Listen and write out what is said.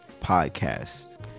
podcast